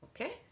Okay